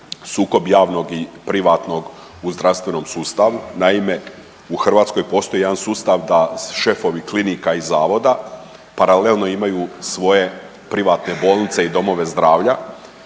sukob javnog i privatnog u zdravstvenom sustavu. Naime, u Hrvatskoj postoji jedan sustav da šefovi klinika i zavoda paralelno imaju svoje privatne bolnice i domove zdravlja.